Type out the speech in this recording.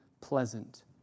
pleasant